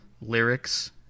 lyrics